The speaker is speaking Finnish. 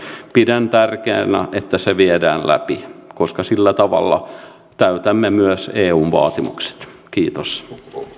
pidän tärkeänä että se viedään läpi koska sillä tavalla täytämme myös eun vaatimukset kiitos